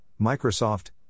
Microsoft